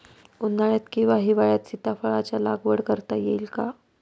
उन्हाळ्यात किंवा हिवाळ्यात सीताफळाच्या लागवड करता येईल का?